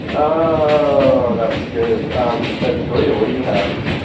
ah and that was good. um ah julia, what do you have?